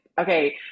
okay